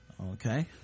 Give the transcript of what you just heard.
Okay